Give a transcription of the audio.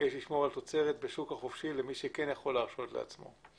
ולשמור על תוצרת בשוק החופשי למי שכן יכול להרשות לעצמו.